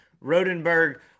Rodenberg